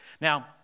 Now